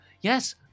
Yes